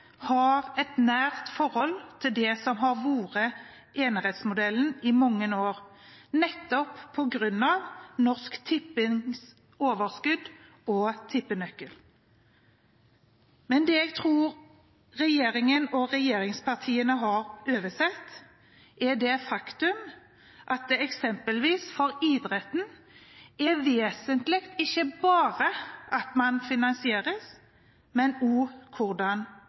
har et nært forhold til det som har vært enerettsmodellen i mange år, nettopp på grunn av Norsk Tippings overskudd og tippenøkkelen. Men det jeg tror regjeringen og regjeringspartiene har oversett, er det faktum at det eksempelvis for idretten er vesentlig ikke bare at man finansieres, men også hvordan man finansieres. LNU – eller Norges barne- og